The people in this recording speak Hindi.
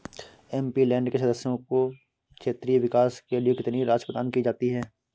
एम.पी.लैंड के सदस्यों को क्षेत्रीय विकास के लिए कितनी राशि प्रदान की जाती है?